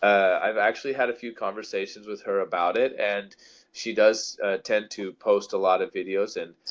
i've actually had a few conversations with her about it and she does tend to post a lot of videos and